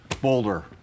Boulder